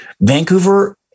Vancouver